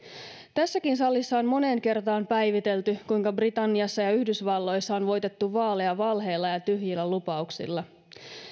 tässäkin salissa on moneen kertaan päivitelty kuinka britanniassa ja yhdysvalloissa on voitettu vaaleja valheilla ja ja tyhjillä lupauksilla